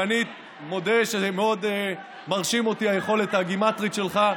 ואני מודה שמאוד מרשימה אותי היכולת הגימטרית שלך,